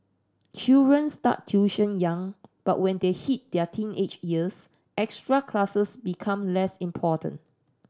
children start tuition young but when they hit their teenage years extra classes become less important